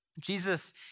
Jesus